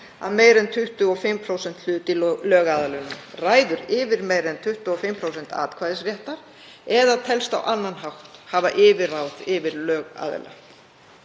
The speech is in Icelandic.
að meira en 25% hlut í lögaðilanum, ræður yfir meira en 25% atkvæðisréttar eða telst á annan hátt hafa yfirráð yfir lögaðila.